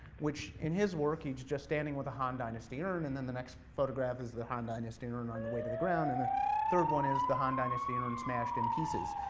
which, in his work, he's just standing with a han dynasty urn, and then the next photograph is the han dynasty urn on the way to the ground, and the third one is the han dynasty and urn smashed in pieces.